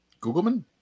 Googleman